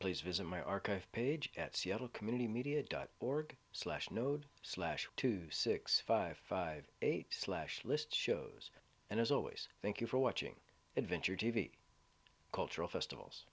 please visit my archive page at seattle community media dot org slash node slash two six five five eight slash list shows and as always thank you for watching adventure t v cultural festivals